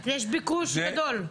יש ביקוש גדול.